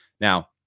Now